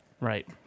Right